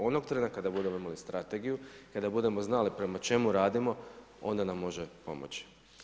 Onog trena kada budemo imali strategiju, kada budemo znali prema čemu radimo onda nam može pomoći.